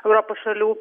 europos šalių